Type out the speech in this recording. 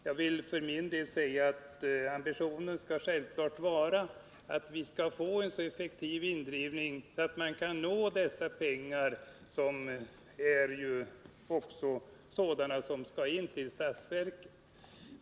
Jag vill för min del säga att ambitionen givetvis skall vara att indrivningen skall vara så ettektiv att vi får in även dessa pengar, som också skall till statsverket.